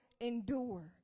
endure